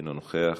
אינו נוכח.